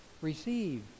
Receive